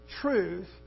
truth